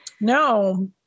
No